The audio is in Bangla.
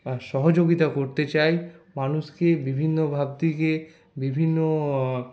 সহযোগীতা করতে চাই মানুষকে বিভিন্ন ভাবতে গিয়ে বিভিন্ন